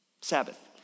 Sabbath